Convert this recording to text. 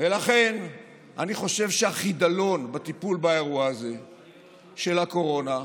אני חושב שהחידלון בטיפול באירוע הזה של הקורונה,